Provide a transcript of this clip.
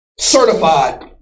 Certified